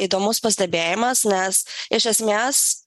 įdomus pastebėjimas nes iš esmės